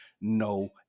no